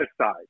aside